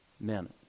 men